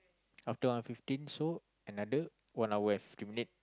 after one fifteen so another one hour and fifteen minute